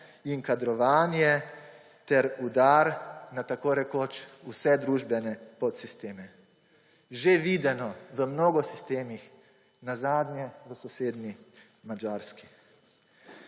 in kadrovanje ter udar na tako rekoč vse družbene podsisteme. Že videno v mnogo sistemih, nazadnje v sosednji Madžarski.